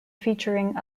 featuring